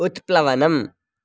उत्प्लवनम्